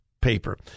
paper